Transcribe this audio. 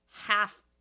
half